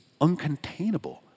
uncontainable